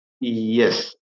Yes